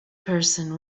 person